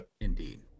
Indeed